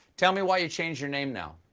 tell me why you've changed your name now.